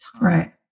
right